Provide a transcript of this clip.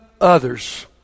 others